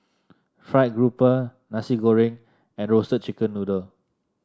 fried grouper Nasi Goreng and Roasted Chicken Noodle